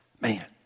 man